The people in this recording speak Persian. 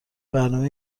برنامه